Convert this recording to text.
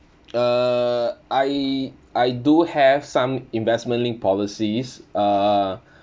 uh I I do have some investment linked policies uh